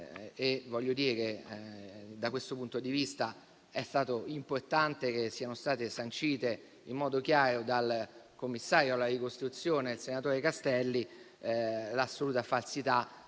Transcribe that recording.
da questo punto di vista è importante che sia stata sancita in modo chiaro dal commissario alla ricostruzione, il senatore Castelli, l'assoluta falsità